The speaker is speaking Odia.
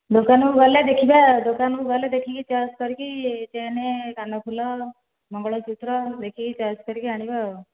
ଦୋକାନକୁ ଗଲେ ଦେଖିବା ଦୋକାନକୁ ଗଲେ ଦେଖିକି ଚଏସ୍ କରିକି ଚେନ୍ କାନଫୁଲ ମଙ୍ଗଳସୂତ୍ର ଦେଖିକି ଚଏସ୍ କରିକି ଆଣିବା ଆଉ